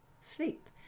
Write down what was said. sleep